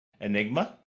Enigma